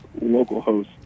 localhost